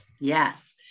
yes